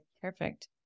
Perfect